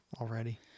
Already